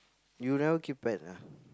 you never keep pet ah